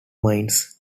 mines